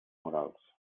morals